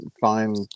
find